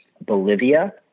Bolivia